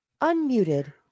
Unmuted